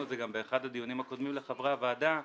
את זה גם באחד הדיונים הקודמים לחברי הוועדה,